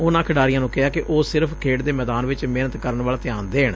ਉਨ੍ਹਾ ਖਿਡਾਰੀਆਂ ਨੂੰ ਕਿਹਾ ਕਿ ਉਹ ਸਿਰਫ਼ ਖੇਡ ਦੇ ਮੈਦਾਨ ਵਿਚ ਮਿਹਨਤ ਕਰਨ ਵੱਲ ਧਿਆਨ ਦੇਣ